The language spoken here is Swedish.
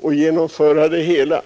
och genomföra våra idéer.